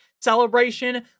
celebration